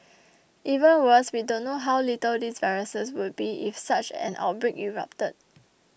even worse we don't know how lethal these viruses would be if such an outbreak erupted